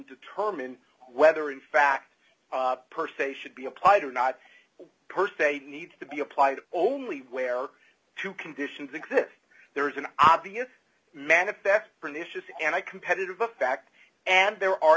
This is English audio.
determine whether in fact per se should be applied or not per se needs to be applied only where two conditions exist there's an obvious manifest pernicious and i competitive a fact and there are